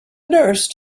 nurse